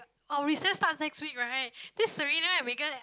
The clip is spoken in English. our recess starts next week right this Serena and Megan